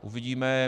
Uvidíme.